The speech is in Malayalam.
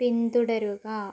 പിന്തുടരുക